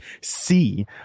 see